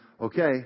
okay